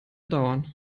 dauern